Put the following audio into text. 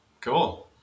Cool